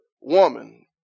woman